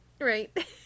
Right